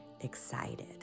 excited